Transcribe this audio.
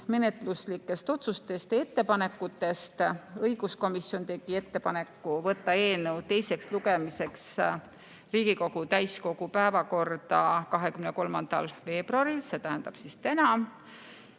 menetluslikest otsustest ja ettepanekutest. Õiguskomisjon tegi ettepaneku võtta eelnõu teiseks lugemiseks Riigikogu täiskogu päevakorda 23. veebruaril, see tähendab täna.